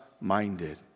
minded